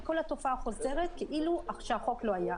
כל התופעה חוזרת כאילו שהחוק לא היה.